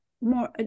more